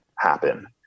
happen